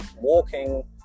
walking